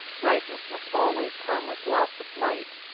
ripeness must always come with loss of might.